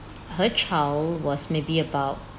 her child was maybe about